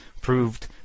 proved